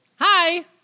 hi